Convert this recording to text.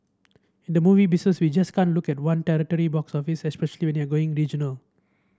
in the movie business we just can't look at one territory box office especially we are going regional